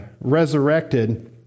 resurrected